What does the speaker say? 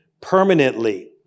permanently